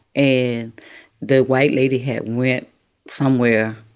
and the white lady had went somewhere,